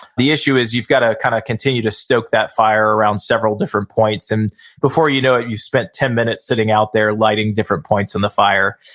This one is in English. the issue is you've gotta kind of continue to stoke that fire around several different points and before you know it, you've spent ten minutes sitting out there lighting different points in the fire.